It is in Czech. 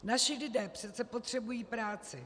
Naši lidé přece potřebují práci.